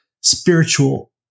spiritual